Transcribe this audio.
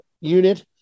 unit